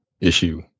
issue